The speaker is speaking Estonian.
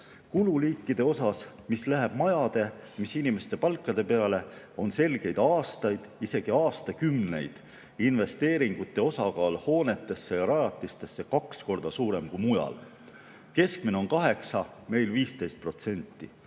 "Kululiikide osas, mis läheb majade, mis inimeste palkade peale, on selgeid aastaid, isegi aastakümneid investeeringute osakaal hoonetesse ja rajatistesse kaks korda suurem kui mujal. Keskmine on 8, meil 15